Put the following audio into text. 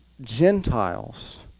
Gentiles